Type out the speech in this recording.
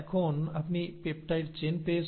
এখন আপনি peptide chain পেয়েছেন